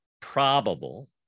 probable